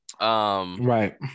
right